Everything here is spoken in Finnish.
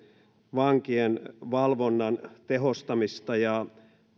vankien valvonnan tehostamiseen ja ja